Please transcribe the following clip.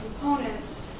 components